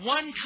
One